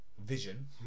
Vision